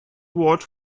watch